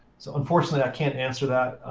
so unfortunately i can't answer that